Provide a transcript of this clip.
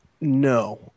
No